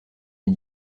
les